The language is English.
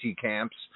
camps